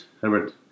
Herbert